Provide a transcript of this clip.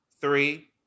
three